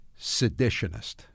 seditionist